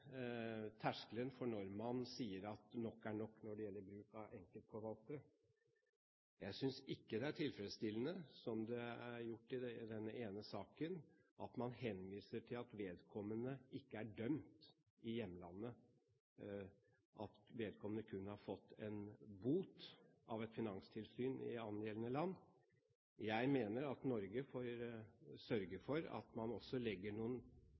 terskelen for når man sier at nok er nok når det gjelder bruk av enkeltforvaltere. Jeg synes ikke det er tilfredsstillende det som er gjort i denne ene saken, at man henviser til at vedkommende ikke er dømt i hjemlandet, men at vedkommende kun har fått en bot av et finanstilsyn i angjeldende land. Jeg mener at Norge får sørge for at man også legger noen